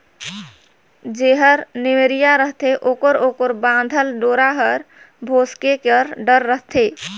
जेहर नेवरिया रहथे ओकर ओकर बाधल डोरा हर भोसके कर डर रहथे